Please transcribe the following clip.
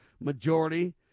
majority